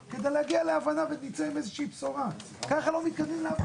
להביא בפני הממשלה את הקריאה שאנחנו חוזרים עליה מספר